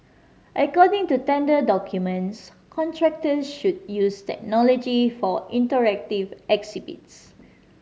according to tender documents contractor should use technology for interactive exhibits